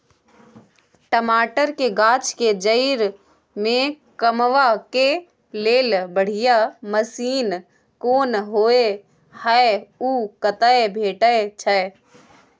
टमाटर के गाछ के जईर में कमबा के लेल बढ़िया मसीन कोन होय है उ कतय भेटय छै?